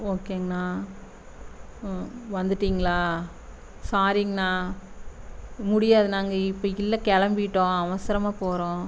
ஓகேங்ண்ணா ம் வந்துவிட்டீங்ளா சாரிங்ண்ணா முடியாது நாங்கள் இப்போ இல்லை கிளம்பிட்டோம் அவசரமாக போகிறோம்